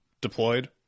deployed